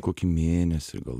kokį mėnesį gal